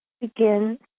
begin